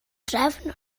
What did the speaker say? drefn